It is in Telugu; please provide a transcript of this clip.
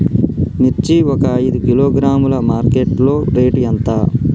మిర్చి ఒక ఐదు కిలోగ్రాముల మార్కెట్ లో రేటు ఎంత?